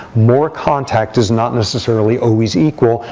more contact is not necessarily always equal,